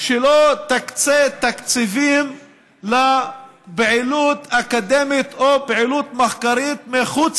שלא תקצה תקציבים לפעילות אקדמית או פעילות מחקרית מחוץ